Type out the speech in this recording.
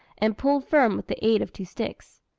and pulled firm with the aid of two sticks.